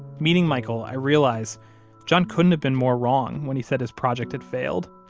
meeting michael, i realize john couldn't have been more wrong when he said his project had failed.